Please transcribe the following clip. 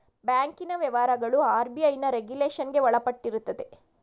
ಬ್ಯಾಂಕಿನ ವ್ಯವಹಾರಗಳು ಆರ್.ಬಿ.ಐನ ರೆಗುಲೇಷನ್ಗೆ ಒಳಪಟ್ಟಿರುತ್ತದೆ